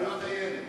זכויות הילד.